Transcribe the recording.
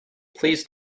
please